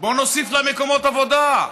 בואו נוסיף לה מקומות עבודה,